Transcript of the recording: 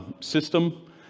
system